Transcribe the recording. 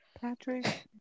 Patrick